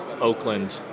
Oakland